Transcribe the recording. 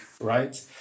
right